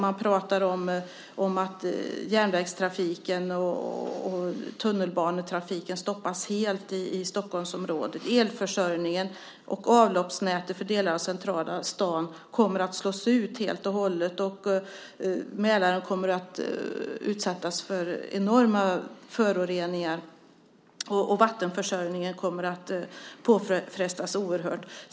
Man pratar om att järnvägstrafiken och tunnelbanetrafiken helt stoppas i Stockholmsområdet. Elförsörjningen och avloppsnätet för delar av centrala stan kommer att helt och hållet slås ut. Mälaren kommer att utsättas för enorma föroreningar, och vattenförsörjningen kommer att bli utsatt för oerhörda påfrestningar.